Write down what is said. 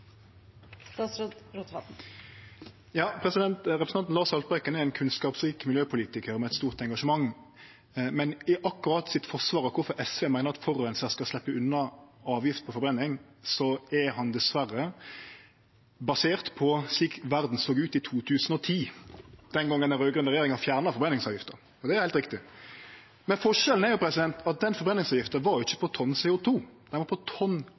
ein kunnskapsrik miljøpolitikar med eit stort engasjement. Men akkurat forslaget der SV meiner at forureinaren skal sleppe unna avgift på forbrenning, er dessverre basert på slik verda såg ut i 2010, den gongen den raud-grøne regjeringa fjerna forbrenningsavgifta. Og det var heilt riktig. Forskjellen er at den forbrenningsavgifta ikkje var på tonn CO 2 . Ho var på tonn